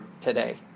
today